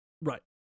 Right